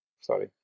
Sorry